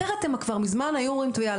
אחרת הם כבר מזמן היו אומרים "טוב יאללה,